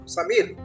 Samir